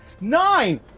Nine